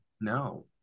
No